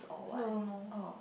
no no no